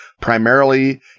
primarily